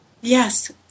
yes